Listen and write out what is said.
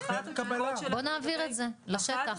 בוא נעביר את זה לשטח.